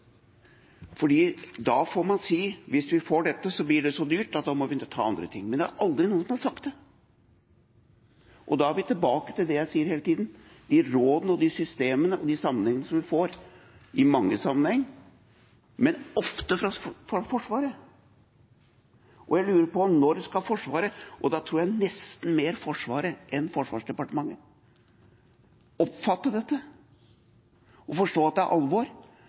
så dyrt at vi må ta av andre ting. Men det er aldri noen som har sagt det. Og da er vi tilbake til det jeg sier hele tiden, om de rådene og systemene vi i mange sammenhenger får, men ofte fra Forsvaret: Jeg lurer på når Forsvaret skal – og jeg tror nesten at dette gjelder Forsvaret mer enn Forsvarsdepartementet – oppfatte dette og forstå at det er alvor,